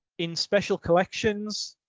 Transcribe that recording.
in special collections.